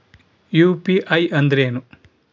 UPI ಅಂದ್ರೇನು?